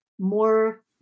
more